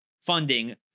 funding